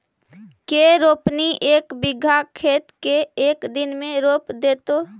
के रोपनी एक बिघा खेत के एक दिन में रोप देतै?